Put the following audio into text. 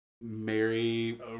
Mary